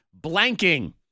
blanking